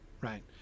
right